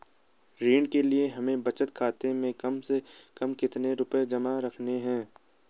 ऋण के लिए हमें बचत खाते में कम से कम कितना रुपये जमा रखने हैं?